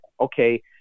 okay